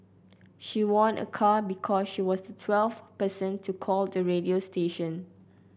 she won a car because she was the twelfth person to call the radio station